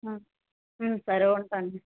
సరే ఉంటాను